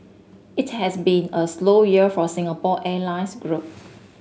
it has been a slow year for a Singapore Airlines group